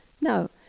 No